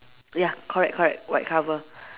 ya correct correct white cover